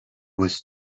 was